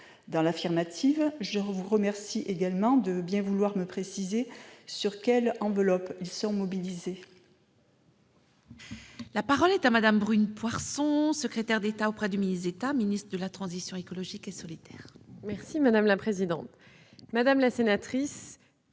Dans l'affirmative, je vous remercie également de bien vouloir me préciser sur quelle enveloppe ils seront mobilisés. La parole est à Mme la secrétaire d'État auprès du ministre d'État, ministre de la transition écologique et solidaire. Madame la sénatrice